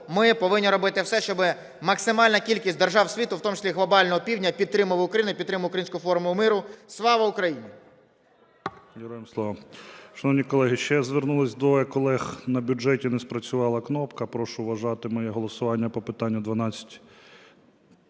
ми повинні робити все, щоб максимальна кількість держав світу, в тому числі Глобального Півдня, підтримували України і підтримували українську Формулу миру. Слава Україні!